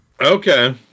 Okay